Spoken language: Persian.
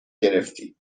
گرفتی